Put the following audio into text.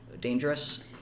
dangerous